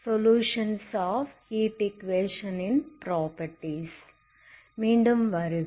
solutions of heat equation properties மீண்டும் வருக